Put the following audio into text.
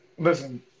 Listen